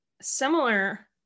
similar